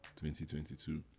2022